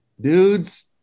dudes